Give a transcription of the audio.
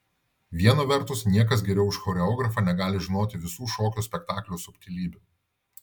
viena vertus niekas geriau už choreografą negali žinoti visų šokio spektaklio subtilybių